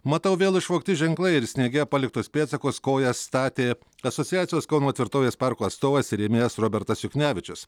matau vėl išvogti ženklai ir sniege paliktus pėdsakus kojas statė asociacijos kauno tvirtovės parko atstovas ir rėmėjas robertas juchnevičius